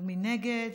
ומי נגד?